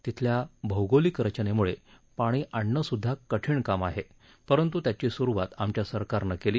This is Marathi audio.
तिथल्या भौगोलिक रचनेमुळे पाणी आणणंसुद्वा कठीण काम आहे परंतु त्याची सुरुवात आमच्या सरकारनं केली